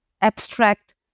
abstract